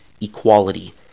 equality